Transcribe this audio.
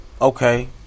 okay